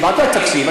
קיבלת תקציב.